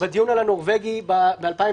בדיון על הנורווגי ב-2015,